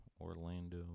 Orlando